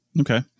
Okay